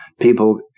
People